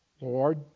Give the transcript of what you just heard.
Lord